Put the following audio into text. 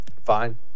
Fine